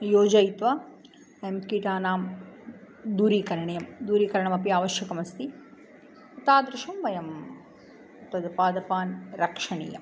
योजयित्वा वयं कीटानां दूरीकरणे दूरीकरणमपि आवश्यकमस्ति तादृशं वयं तद् पादपान् रक्षणीयम्